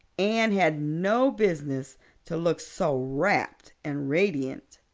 anne had no business to look so rapt and radiant.